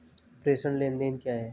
प्रेषण लेनदेन क्या है?